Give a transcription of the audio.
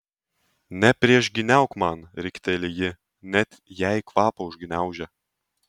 nepriešgyniauk man rikteli ji net jai kvapą užgniaužia